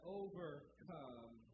overcome